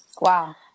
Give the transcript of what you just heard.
Wow